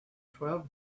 twelve